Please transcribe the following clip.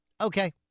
okay